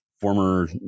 former